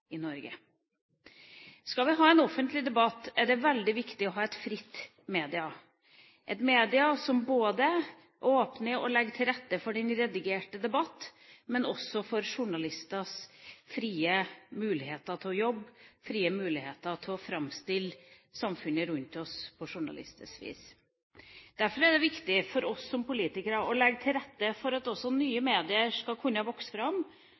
Skal vi ha en offentlig debatt, er det veldig viktig å ha frie medier – medier som åpner og legger til rette for den redigerte debatt, men også for journalisters frie muligheter til å jobbe og frie muligheter til å framstille samfunnet rundt oss på journalisters vis. Derfor er det viktig for oss som politikere å legge til rette for at også nye medier skal kunne vokse fram.